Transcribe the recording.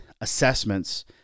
assessments